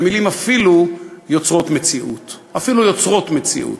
ומילים אפילו יוצרות מציאות, אפילו יוצרות מציאות.